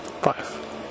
five